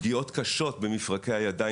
פגיעות קשות במפרקי הידיים.